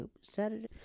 Saturday